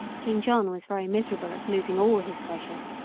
king john was very miserable at losing all his treasures,